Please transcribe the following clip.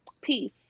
peace